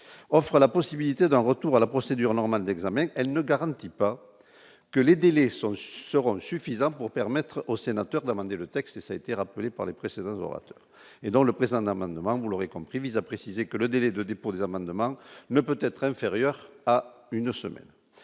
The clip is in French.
offre la possibilité d'un retour à la procédure normale d'examen elle ne garantit pas que les délais sont ou seront suffisants pour permettre aux sénateurs d'amender le texte et ça a été rappelé par les précédents orateurs mais dans le présent d'amendements, vous l'aurez compris vise à préciser que le délai de dépôt des amendements ne peut être inférieur à une semaine,